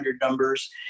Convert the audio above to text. numbers